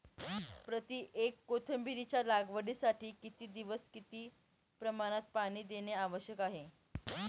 प्रति एकर कोथिंबिरीच्या लागवडीसाठी किती दिवस किती प्रमाणात पाणी देणे आवश्यक आहे?